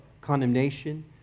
condemnation